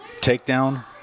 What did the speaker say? Takedown